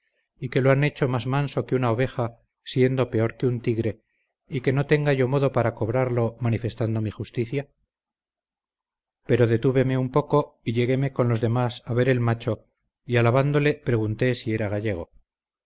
y que lo hayan hecho más manso que una oveja siendo peor que un tigre y que no tenga yo modo para cobrarlo manifestando mi justicia pero detúveme un poco y lleguéme con los demás a ver el macho y alabándole pregunté si era gallego